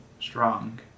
strong